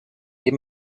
dem